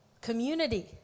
community